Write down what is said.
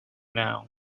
now